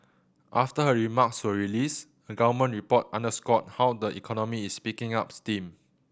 after her remarks were released a government report underscored how the economy is picking up steam